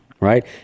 right